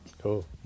Cool